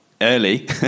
early